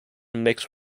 mixed